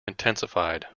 intensified